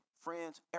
friends